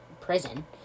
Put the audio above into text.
prison